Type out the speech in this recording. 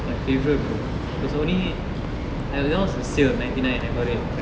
my favourite bro is only that one was on sale nine ninety I got it